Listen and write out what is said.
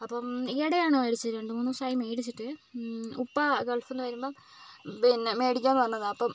അപ്പം ഈയിടെയാണ് മേടിച്ചത് രണ്ടുമൂന്ന് ദിവസമായി മേടിച്ചിട്ട് ഉപ്പ ഗൾഫിൽ നിന്ന് വരുമ്പോൾ പിന്നെ മേടിക്കാമെന്ന് പറഞ്ഞതാണ് അപ്പം